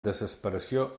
desesperació